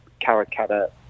Karakata